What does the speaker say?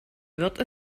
wird